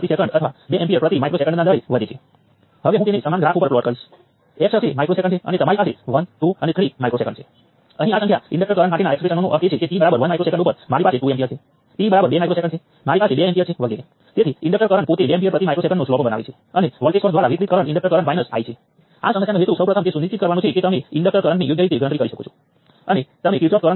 તેથી આ minus I3 બને છે તો હવે આપણે બીજા ફેરફાર ઉપર વિચાર કરીએ ચાલો હું નોડ્સ 1 અને 3 ની વચ્ચે કન્ડકટન્સ ઉમેરી દઉં